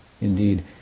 Indeed